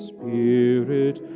Spirit